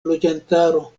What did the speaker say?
loĝantaro